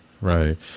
right